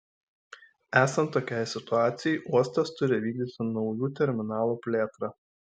esant tokiai situacijai uostas turi vykdyti naujų terminalų plėtrą